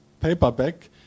paperback